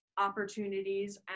opportunities